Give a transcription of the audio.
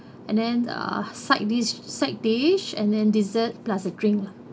and then uh side dish side dish and then dessert plus a drink